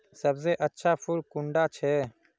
सबसे अच्छा फुल कुंडा छै?